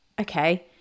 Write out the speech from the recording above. okay